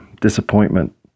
disappointment